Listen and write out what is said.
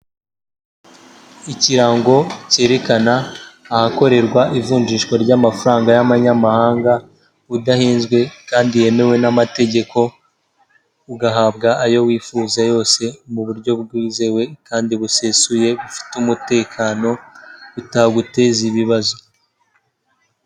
Ikirango cyerekana ahakorerwa ivunjishwa ry'amafaranga y'abanyamahanga udahenzwe, kandi yemewe n'amategeko, ugahabwa ayo wifuza yose mu buryo bwizewe kandi busesuye bufite umutekano bitaguteza ibibazo.